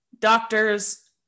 Doctors